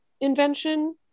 invention